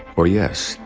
or yes.